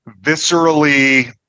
viscerally